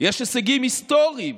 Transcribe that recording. יש הישגים היסטוריים: